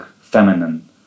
feminine